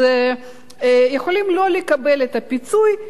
אז יכולים לא לקבל את הפיצוי,